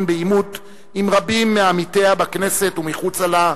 בעימות עם רבים מעמיתיה בכנסת ומחוצה לה,